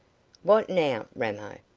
what now, ramo?